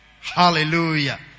Hallelujah